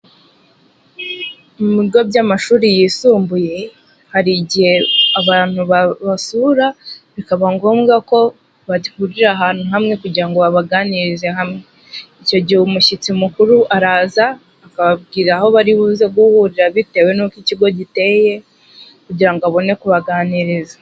Mu bigo by'amashuri yisumbuye, hari igihe abantu babasura bikaba ngombwa ko bahurira ahantu hamwe kugira ngo babaganirize. Icyo gihe umushyitsi mukuru araza akababwira aho bari buze guhurira bitewe n'uko ikigo giteye kugira ngo abone kubaganiriza.